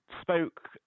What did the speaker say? spoke